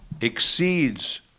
exceeds